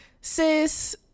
Sis